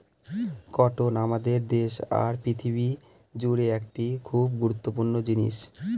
cotton আমাদের দেশে আর পৃথিবী জুড়ে একটি খুব গুরুত্বপূর্ণ জিনিস